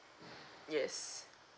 yes